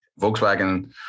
Volkswagen